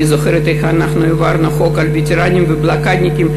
אני זוכרת איך אנחנו העברנו את החוק על ווטרנים ובלוקדניקים,